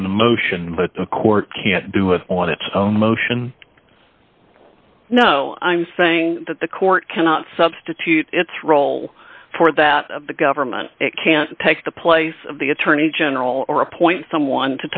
on the motion but the court can do it on its own motion no i'm saying that the court cannot substitute its role for that of the government it can't take the place of the attorney general or appoint someone